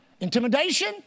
intimidation